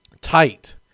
tight